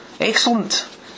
Excellent